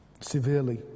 severely